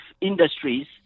industries